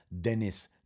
Dennis